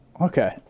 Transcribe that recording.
okay